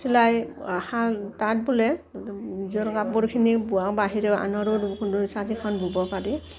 চিলাই শাল তাঁত বোলে নিজৰ কাপোৰখিনি বোৱা বাহিৰেও আনৰো দুই চাৰিখন বুব পাৰি